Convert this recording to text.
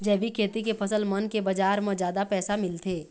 जैविक खेती के फसल मन के बाजार म जादा पैसा मिलथे